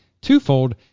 twofold